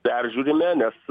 peržiūrime nes